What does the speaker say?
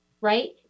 Right